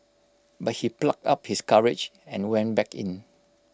but he plucked up his courage and went back in